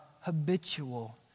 habitual